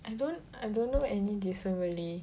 I don't I don't know any decent Malay